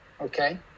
okay